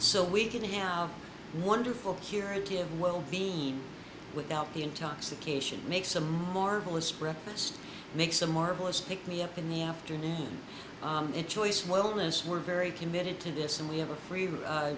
so we can have wonderful curative well dean without the intoxication makes a marvelous preface makes a marvelous pick me up in the afternoon in choice wellness we're very committed to this and we have a re